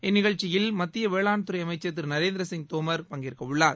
இந்நிகழ்ச்சியில் மத்திய வேளாண்துறை அமைச்சர் திரு நரேந்திர சிங் தோமர் பங்கேற்கவுள்ளார்